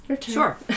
Sure